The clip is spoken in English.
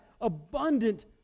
abundant